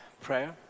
prayer